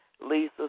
Lisa